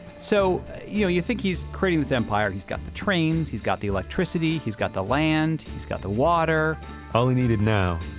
so, you know you think he's creating this empire. he's got the trains, he's got the electricity. he's got the land. he's got the water all he needed now,